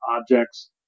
objects